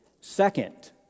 Second